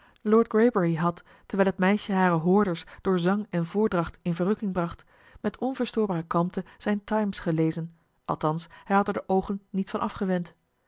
lord greybury had terwijl het meisje hare hoorders door zang en voordracht in verrukking bracht met onverstoorbare kalmte zijn times gelezen althans hij had er de oogen niet van afgewend